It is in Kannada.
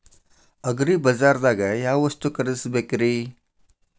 ಅಗ್ರಿಬಜಾರ್ದಾಗ್ ಯಾವ ವಸ್ತು ಖರೇದಿಸಬೇಕ್ರಿ?